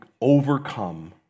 overcome